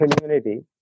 community